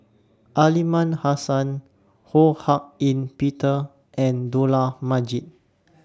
Aliman Hassan Ho Hak Ean Peter and Dollah Majid